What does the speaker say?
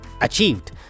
achieved